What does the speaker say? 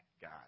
God